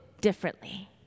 differently